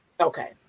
Okay